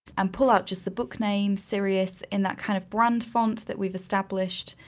and pull out just the book name, sirius, in that kind of brand font that we've established,